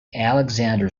alexander